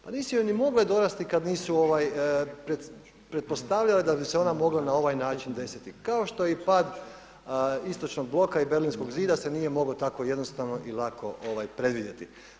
Pa nisu joj ni mogle dorasti kada nisu pretpostavljale da bi se ona mogla na ovaj način desiti kao što je i pad Istočnog bloka i Berlinskog zida se nije mogao tako jednostavno i lako predvidjeti.